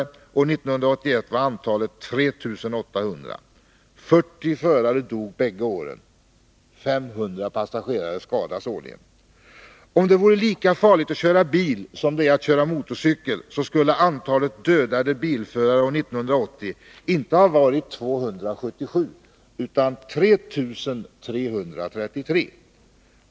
År 1981 var antalet 3 800. 40 förare dog båda åren. 500 passagerare skadas årligen. Om det vore lika farligt att köra bil som det är att köra motorcykel skulle antalet dödade bilförare år 1980 inte ha varit 277 utan 3 333.